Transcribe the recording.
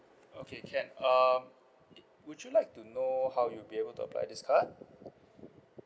okay can um would you like to know how you be able to apply this card